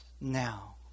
now